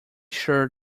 sure